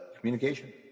Communication